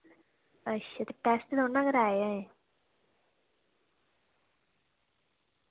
अच्छा ते टेस्ट थोह्ड़े ना कराए ऐ हे